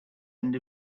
end